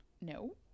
No